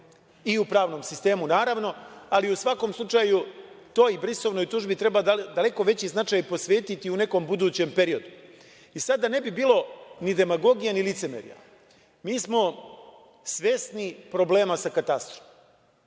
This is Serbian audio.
i u pravnom sistemu, ali u svakom slučaju to brisovnoj tužbi treba daleko veći značaj posvetiti u nekom budućem periodu. Sada da ne bi bilo ni demagogije ni licemerja mi smo svesni problema sa katastrom,